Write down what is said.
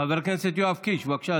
חבר הכנסת יואב קיש, בבקשה,